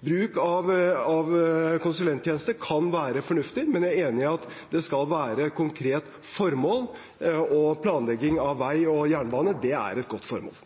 Bruk av konsulenttjenester kan være fornuftig, men jeg er enig i at det skal være til konkrete formål. Planlegging av vei og jernbane er et godt formål.